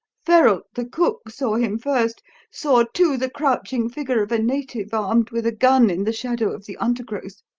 ferralt, the cook, saw him first saw, too, the crouching figure of a native, armed with a gun, in the shadow of the undergrowth.